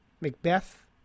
Macbeth